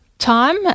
time